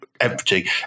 empty